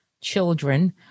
children